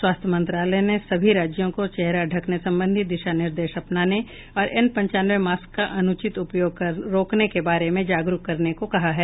स्वास्थ्य मंत्रालय ने सभी राज्यों को चेहरा ढंकने संबंधी दिशा निर्देश अपनाने और एन पंचानवे मास्क का अनूचित उपयोग रोकने के बारे में जागरुक करने को कहा गया है